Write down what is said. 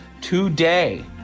today